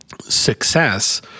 success